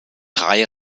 drei